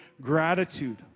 gratitude